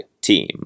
team